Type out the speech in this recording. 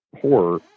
horror